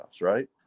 right